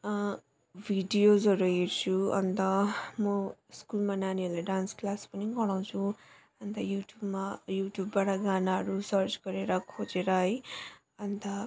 भिडियोजहरू हेर्छु अनि त म स्कुलमा नानीहरूलाई डान्स क्लास पनि गराउँछु अनि त युट्युबमा युट्युबबाट गानाहरू सर्च गरेर खोजेर है अनि त